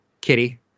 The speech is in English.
Kitty